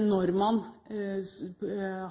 når man